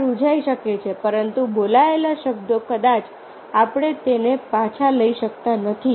ઘા રુઝાઈ શકે છે પરંતુ બોલાયેલા શબ્દો કદાચ આપણે તેને પાછો લઈ શકતા નથી